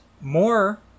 more